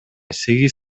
сегиз